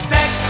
Sex